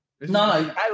No